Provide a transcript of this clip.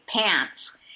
pants